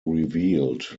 revealed